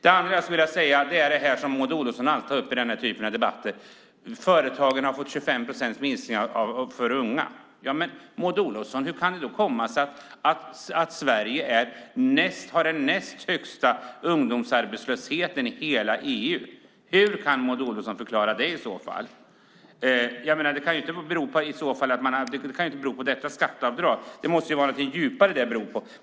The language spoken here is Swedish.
Maud Olofsson tar i den här typen av debatter alltid upp att företagarna har fått 25 procents minskade kostnader för att anställa unga. Men, Maud Olofsson, hur kan det då komma sig att Sverige har den näst högsta ungdomsarbetslösheten i hela EU? Hur kan Maud Olofsson i så fall förklara det? Det kan ju inte bero på skatteavdraget, utan det måste finnas djupare orsaker.